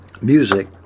music